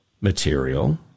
material